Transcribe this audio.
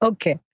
Okay